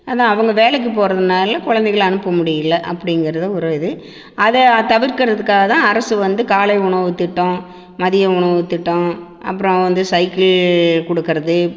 அதுதான் அவங்க வேலைக்குப் போகிறதுனால குழந்தைகளை அனுப்ப முடியல அப்படிங்கிறது ஒரு இது அதை தவிர்க்கிறதுக்காக தான் அரசு வந்து காலை உணவுத் திட்டம் மதிய உணவுத் திட்டம் அப்புறம் வந்து சைக்கிள் கொடுக்கறது